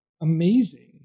amazing